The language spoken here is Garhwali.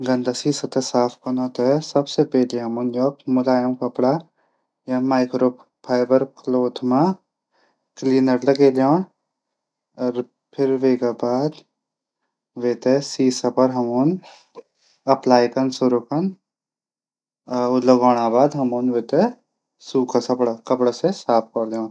गंदा सीसा से सबसे पहले मुलायम कपडा माइक्रोफैबर कपडा से क्लीनर लगो दीण फिर वेकू बाद सीसा पर हमन एप्लाई कन। लगाणू बाद हमन सूखा कपडा से साफ कन।